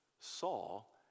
Saul